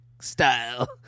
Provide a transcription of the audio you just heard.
style